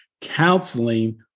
counseling